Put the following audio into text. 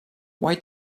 why